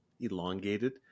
elongated